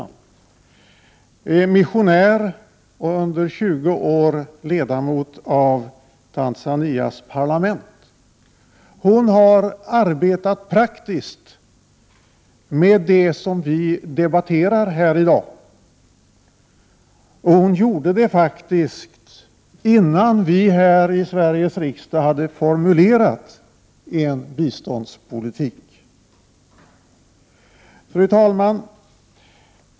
Hon är missionär och har under 20 år varit ledamot av Tanzanias parlament. Hon har arbetat praktiskt med det som vi debatterar om här i dag, och hon gjorde det faktiskt innan vi här i Sveriges riksdag hade formulerat en biståndspolitik. Fru talman!